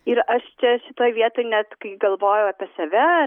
ir aš čia šitoj vietoj net kai galvoju apie save